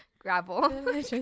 gravel